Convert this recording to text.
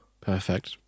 Perfect